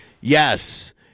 Yes